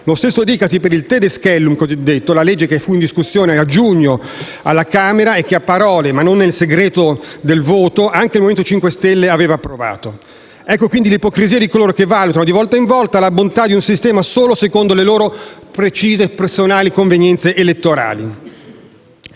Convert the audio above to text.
Lo stesso dicasi per il cosiddetto Tedeschellum, la legge che fu in discussione a giugno, presso la Camera dei deputati, e che - a parole, ma non nel segreto del voto - anche il Movimento 5 Stelle aveva approvato. Ecco quindi l'ipocrisia di coloro che valutano di volta in volta la bontà di un sistema solo secondo le loro precise e personali convenienze elettorali.